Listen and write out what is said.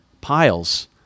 piles